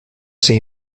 ser